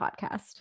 podcast